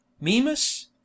Mimas